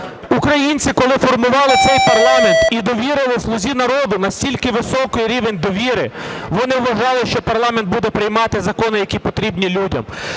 Українці, коли формували цей парламент і довірили "Слузі народу" настільки високий рівень довіри, вони вважали, що парламент буде приймати закони, які потрібні людям,